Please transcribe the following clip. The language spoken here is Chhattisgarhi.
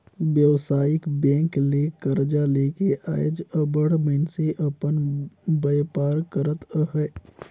बेवसायिक बेंक ले करजा लेके आएज अब्बड़ मइनसे अपन बयपार करत अहें